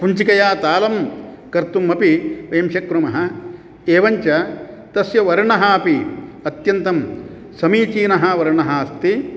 कुञ्चिकया तालं कर्तुम् अपि वयं शक्नुमः एवञ्च तस्य वर्णः अपि अत्यन्तं समीचीनः वर्णः अस्ति